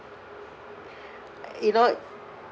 you know